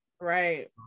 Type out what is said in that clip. Right